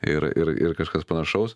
ir ir ir kažkas panašaus